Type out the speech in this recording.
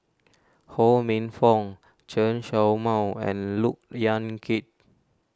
Ho Minfong Chen Show Mao and Look Yan Kit